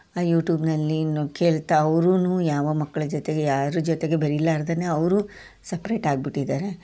ಯುಟ್ಯೂಬ್ನಲ್ಲಿ ಏನು ಕೇಳ್ತಾ ಅವ್ರೂ ಯಾವ ಮಕ್ಕಳ ಜೊತೆಗೆ ಯಾರ ಜೊತೆಗೆ ಬೆರಿಲಾರ್ದೆ ಅವರು ಸಪ್ರೇಟ್ ಆಗ್ಬಿಟ್ಟಿದ್ದಾರೆ